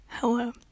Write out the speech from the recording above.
hello